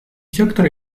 сектор